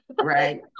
right